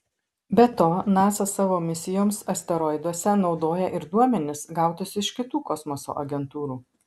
be to nasa savo misijoms asteroiduose naudoja ir duomenis gautus iš kitų kosmoso agentūrų